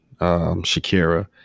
Shakira